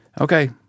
Okay